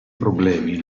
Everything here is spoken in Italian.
problemi